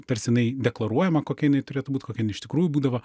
tarsi jinai deklaruojama kokia jinai turėtų būt kokia jin iš tikrųjų būdavo